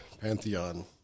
Pantheon